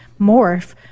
morph